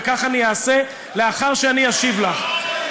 וכך אני אעשה לאחר שאני אשיב לך.